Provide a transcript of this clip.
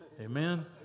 Amen